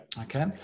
Okay